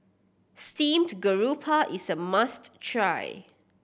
steamed grouper is a must try